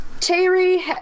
Terry